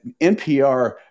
npr